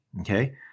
okay